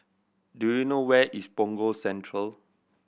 do you know where is Punggol Central